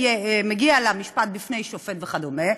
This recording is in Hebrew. מגיע למשפט בפני שופט וכדומה,